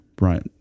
right